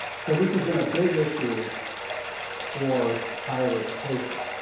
so this has been a big issue for higher education.